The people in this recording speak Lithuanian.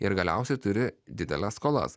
ir galiausiai turi dideles skolas